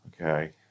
Okay